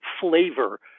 flavor